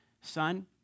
son